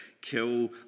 kill